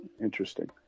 Interesting